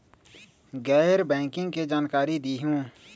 गैर बैंकिंग के जानकारी दिहूँ?